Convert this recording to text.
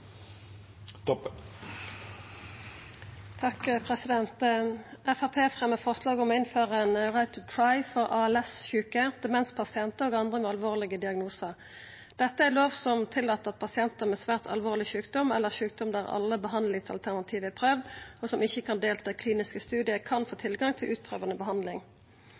for ALS-sjuke, demenspasientar og andre med alvorlege diagnosar. Dette er ei lov som tillèt at pasientar med alvorleg sjukdom eller sjukdom der alle behandlingsalternativ er prøvde, men som ikkje kan delta i kliniske studiar, kan få tilgang til utprøvande behandling.